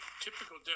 typical